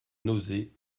nausée